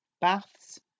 Baths